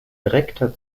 direkter